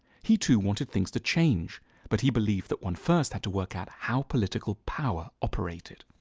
he, too, wanted things to change but he believed that one first had to work out how political power operated.